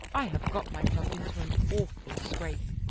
i have got myself into an awful scrape.